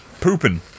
Pooping